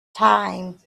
time